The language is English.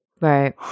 Right